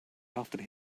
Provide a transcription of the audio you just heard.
after